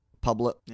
public